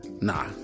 Nah